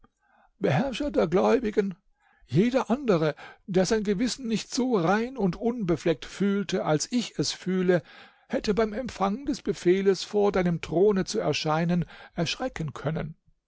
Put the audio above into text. beherrscher der gläubigen jeder andere der sein gewissen nicht so rein und unbefleckt fühlte als ich es fühle hätte beim empfang des befehles vor deinem throne zu erscheinen erschrecken können